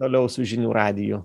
toliau su žinių radiju